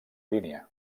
línia